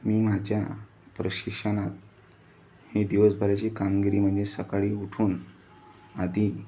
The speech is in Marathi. मी माझ्या प्रशिक्षणात ही दिवसभराची कामगिरी म्हणजे सकाळी उठून आधी